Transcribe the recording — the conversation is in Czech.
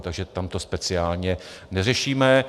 Takže tam to speciálně neřešíme.